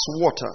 water